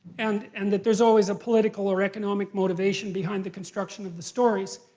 and and that there's always a political or economic motivation behind the construction of the stories.